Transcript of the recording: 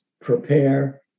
prepare